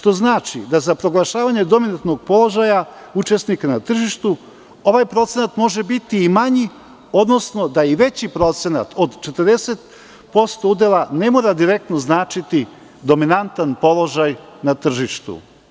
To znači da za proglašavanje dominantnog položaja učesnika na tržištu ovaj procenat može biti i manji, odnosno da je i veći procenat od 40% udela ne mora direktno značiti dominantan položaj na tržištu.